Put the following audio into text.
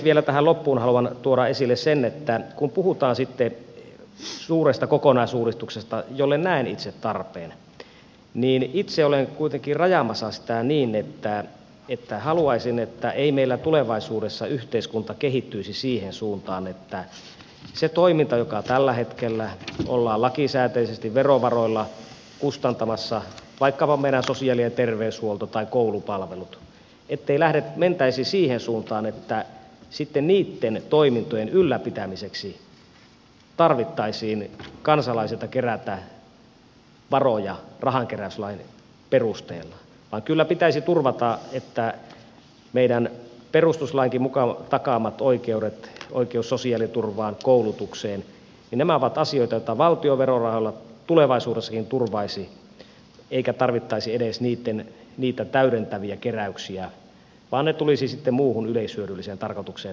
vielä tähän loppuun haluan tuoda esille sen että kun puhutaan sitten suuresta kokonaisuudistuksesta jolle näen itse tarpeen niin itse olen kuitenkin rajaamassa sitä niin että haluaisin että ei meillä tulevaisuudessa yhteiskunta kehittyisi siihen suuntaan että sen toiminnan joka tällä hetkellä ollaan lakisääteisesti verovaroilla kustantamassa vaikkapa meidän sosiaali ja terveyshuollon tai koulupalvelut etelään lentäisi siihen suuntaan että sitten niitten ja koulupalvelujen ylläpitämiseksi tarvitsisi kansalaisilta kerätä varoja rahankeräyslain perusteella vaan kyllä pitäisi turvata että meidän perustuslainkin takaamat oikeudet oikeus sosiaaliturvaan koulutukseen ovat asioita joita valtio verorahoilla tulevaisuudessakin turvaisi eikä tarvittaisi edes niitä täydentäviä keräyksiä vaan ne varat joita kerätään rahankeräyslain perusteella tulisivat sitten muuhun yleishyödylliseen tarkoitukseen